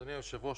אדוני היושב-ראש,